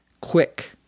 quick